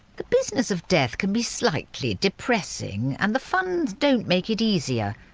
the business of death can be slightly depressing and the funns don't make it easier.